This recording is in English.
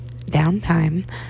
downtime